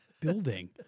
building